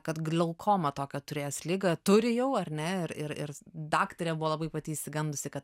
kad glaukomą tokią turės ligą turi jau ar ne ir ir ir daktarė buvo labai pati išsigandusi kad